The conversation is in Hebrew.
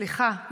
סליחה.